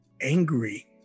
angry